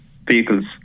vehicles